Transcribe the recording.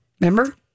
Remember